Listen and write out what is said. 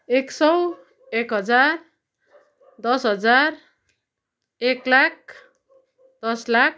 एक सय एक हजार दस हजार एक लाख दस लाख